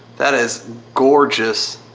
that is gorgeous.